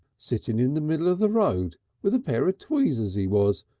sittin' in the middle of the road with a pair of tweezers he was,